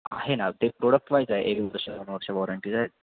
आहे ना ते प्रोडक्ट पाहिजे एक वर्ष दोन वर्ष वॉरंटीज आहेत